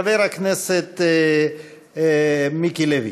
חבר הכנסת מיקי לוי.